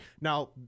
Now